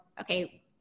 okay